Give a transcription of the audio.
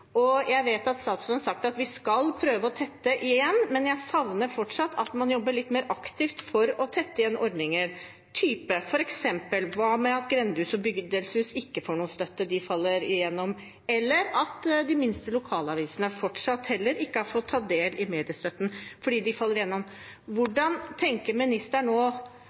Jeg vet at statsråden har sagt at vi skal prøve å tette igjen, men jeg savner fortsatt at man jobber litt mer aktivt for å tette igjen ordninger, f.eks. det at grendehus og bydelshus ikke får noen støtte – de faller igjennom – eller at de minste lokalavisene fortsatt heller ikke har fått tatt del i mediestøtten, fordi de faller igjennom. Hvordan tenker ministeren nå